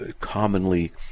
commonly